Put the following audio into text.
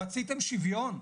רציתם שוויון,